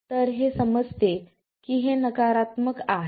तर हे समजते की हे नकारात्मक आहे